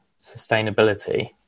sustainability